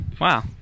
wow